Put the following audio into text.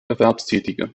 erwerbstätige